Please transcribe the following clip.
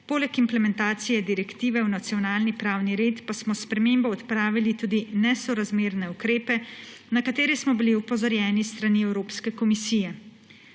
Poleg implementacije direktive v nacionalni pravni red pa smo s spremembo odpravili tudi nesorazmerne ukrepe, na katere smo bili opozorjeni s strani Evropske komisije.